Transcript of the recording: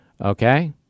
okay